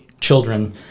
children